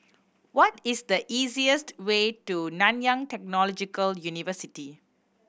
what is the easiest way to Nanyang Technological University